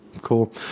Cool